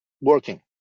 working